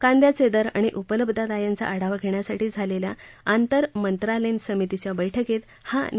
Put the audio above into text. कांद्याचे दर आणि उपलब्धता यांचा आढावा घेण्यासाठी झालेल्या आंतरमंत्रालयीन समितीच्या बैठकीत हा निर्णय झाला